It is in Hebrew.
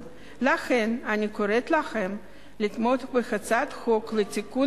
לכן אני קוראת לכם לתמוך בהצעת החוק לתיקון